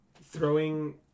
throwing